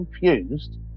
confused